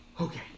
okay